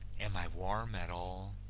am i warm at all?